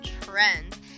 trends